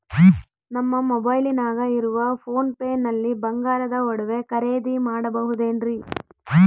ನಮ್ಮ ಮೊಬೈಲಿನಾಗ ಇರುವ ಪೋನ್ ಪೇ ನಲ್ಲಿ ಬಂಗಾರದ ಒಡವೆ ಖರೇದಿ ಮಾಡಬಹುದೇನ್ರಿ?